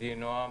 ידידי נועם,